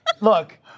Look